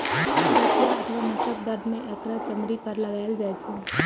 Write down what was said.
गठिया अथवा नसक दर्द मे एकरा चमड़ी पर लगाएल जाइ छै